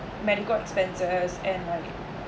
medical expenses and like